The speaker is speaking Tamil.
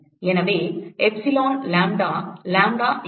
எனவே எப்சிலான் லாம்ப்டா லாம்ப்டா இருக்கும்